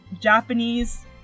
Japanese